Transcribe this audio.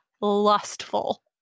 lustful